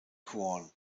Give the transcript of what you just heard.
quorn